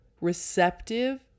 receptive